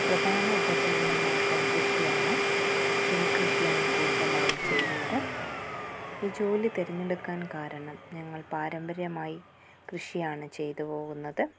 പ്രധാന ഉപജീവന മാർഗ്ഗം കൃഷിയാണ് നെൽകൃഷിയാണ് കൂടുതലായും ചെയ്യുന്നത് ഈ ജോലി തിരഞ്ഞെടുക്കാൻ കാരണം ഞങ്ങൾ പാരമ്പര്യമായി കൃഷിയാണ് ചെയ്ത് പോകുന്നത്